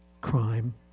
Crime